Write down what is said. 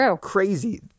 crazy